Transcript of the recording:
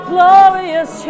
Glorious